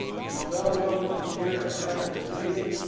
she's well known to us here at the harvard museum,